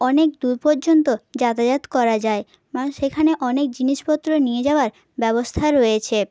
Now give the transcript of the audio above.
অনেক দূর পর্যন্ত যাতাযাত করা যায় সেখানে অনেক জিনিসপত্র নিয়ে যাওয়ার ব্যবস্থা রয়েছে